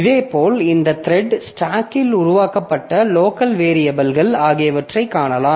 இதேபோல் இந்த த்ரெட் ஸ்டாக்கில் உருவாக்கப்பட்ட லோக்கல் வேரியபில்கள் ஆகியவற்றைக் காணலாம்